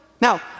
Now